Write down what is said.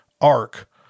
arc